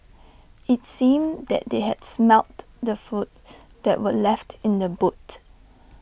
IT seemed that they had smelt the food that were left in the boot